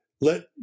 Let